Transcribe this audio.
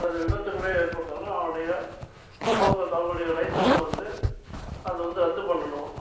அல்லது விபத்துக்களே ஏற்படுத்தினாலும் அவங்களுடைய போக்குவரத்து அவங்களுடைய லைசன்சை வந்து அது வந்து ரத்து பண்ணணும்